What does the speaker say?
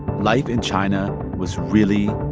life in china was really,